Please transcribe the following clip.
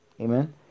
amen